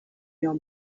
your